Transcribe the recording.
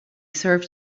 serve